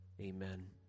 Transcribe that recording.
Amen